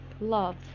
love